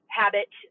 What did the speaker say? habit